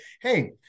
hey